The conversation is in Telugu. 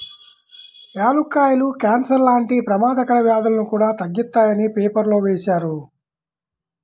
యాలుక్కాయాలు కాన్సర్ లాంటి పెమాదకర వ్యాధులను కూడా తగ్గిత్తాయని పేపర్లో వేశారు